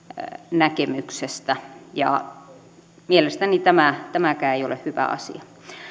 näkemyksestä mielestäni tämäkään ei ole hyvä asia